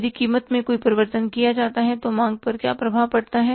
यदि कीमत में कोई परिवर्तन किया जाता है तो मांग पर क्या प्रभाव पड़ता है